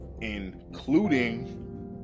including